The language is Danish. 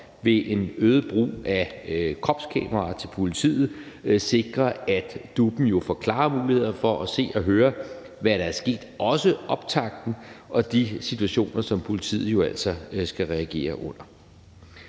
ved en øget brug af kropskameraer til politiet sikre, at DUP'en får klare muligheder for at se og høre, hvad der er sket, også optakten og de situationer, som politiet altså skal reagere på.